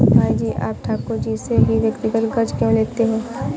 भाई जी आप ठाकुर जी से ही व्यक्तिगत कर्ज क्यों लेते हैं?